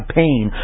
pain